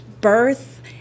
birth